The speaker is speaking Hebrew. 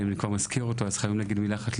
אם אני כבר מזכיר אותו, אז חייבים להגיד מילה אחת.